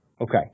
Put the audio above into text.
Okay